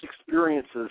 experiences